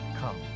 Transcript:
come